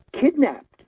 kidnapped